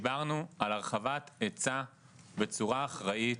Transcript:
דיברנו על הרחבת היצע בצורה אחראית,